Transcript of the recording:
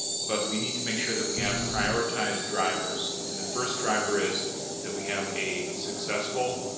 but we need to make sure that we have prioritized drivers, and the first driver is that we have a successful,